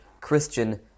Christian